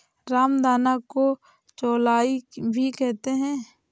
रामदाना को चौलाई भी कहते हैं